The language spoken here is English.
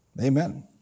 Amen